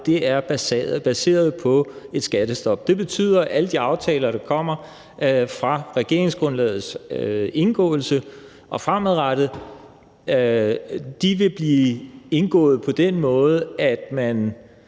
er baseret på et skattestop. Det betyder, at alle de aftaler, der bliver indgået fra regeringsgrundlagets indgåelse og fremadrettet, vil blive indgået på den måde, at en